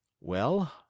Well